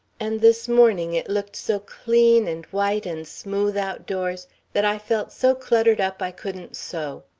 and this morning it looked so clean and white and smooth outdoors that i felt so cluttered up i couldn't sew.